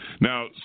Now